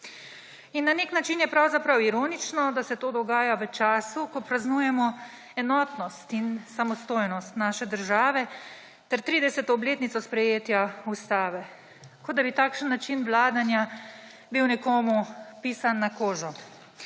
In na nek način je pravzaprav ironično, da se to dogaja v času, ko praznujemo enotnost in samostojnost naše države ter 30. obletnico sprejetja Ustave, kot da bi takšen način vladanja bil nekomu pisan na kožo.